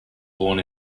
born